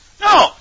No